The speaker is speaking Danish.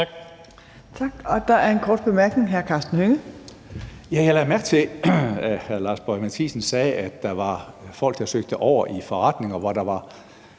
Tak.